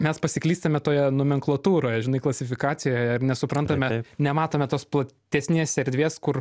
mes pasiklystame toje nomenklatūroje žinai klasifikacijoje ir nesuprantame nematome tos platesnės erdvės kur